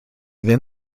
then